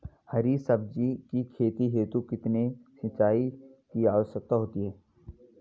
हरी सब्जी की खेती हेतु कितने सिंचाई की आवश्यकता होती है?